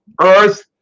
earth